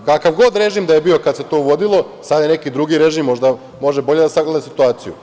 Kakav god režim da je bio kada se to uvodilo, sada je neki drugi režim, možda može bolje da sagleda situaciju.